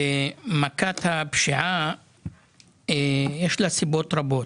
למכת הפשיעה יש סיבות רבות.